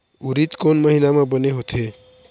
उरीद कोन महीना म बने होथे?